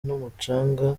n’umucanga